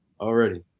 Already